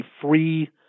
free